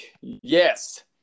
Yes